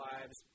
Lives